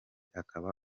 akaba